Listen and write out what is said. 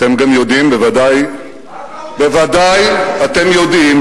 אתם גם יודעים בוודאי, בוודאי אתם יודעים,